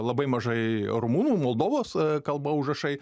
labai mažai rumunų moldovos kalba užrašai